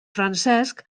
francesc